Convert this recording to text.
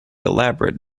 elaborate